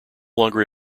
longer